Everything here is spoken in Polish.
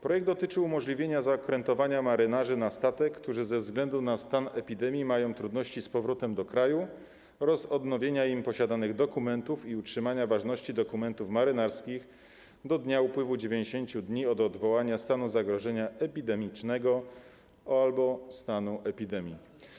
Projekt dotyczy umożliwienia zaokrętowania marynarzy na statek, którzy za względu na stan epidemii mają trudności z powrotem do kraju, oraz odnowienia im posiadanych dokumentów i utrzymania ważności dokumentów marynarskich do dnia upływu 90 dni od odwołania stanu zagrożenia epidemicznego albo stanu epidemii.